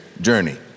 journey